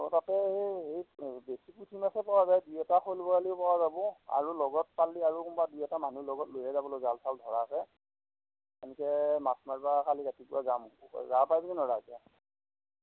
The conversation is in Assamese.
অ' তাতে সেই এই বেছি পুথি মাছেই পোৱা যায় দুই এটা শ'ল বৰালি পোৱা যাব আৰু লগত পাৰিলে আৰু কোনোবা মানুহ লগত লৈয়ে যাব লাগিব জাল চাল ধৰাকৈ তেনেকৈ মাছ মাৰিব কালি ৰাতিপুৱা যাম যাব পাৰিবি নে নোৱাৰা এতিয়া